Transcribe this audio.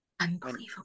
Unbelievable